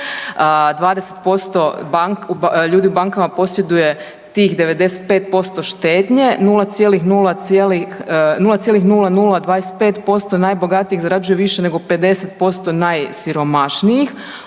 20% ljudi u bankama posjeduje tih 95% štednje, 0,0025% najbogatijih zarađuje više nego 50% najsiromašnijih.